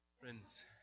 Friends